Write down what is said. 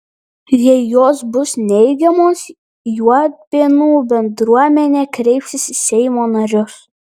jei jos bus neigiamos juodpėnų bendruomenė kreipsis į seimo narius